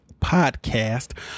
podcast